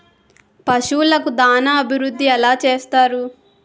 పశువులకు దాన అభివృద్ధి ఎలా చేస్తారు?